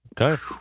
Okay